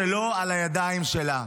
על הידיים שלה.